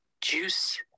Juice